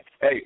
Hey